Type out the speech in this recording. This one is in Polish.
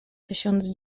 tysiąc